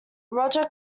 roger